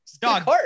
dog